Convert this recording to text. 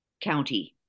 county